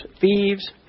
thieves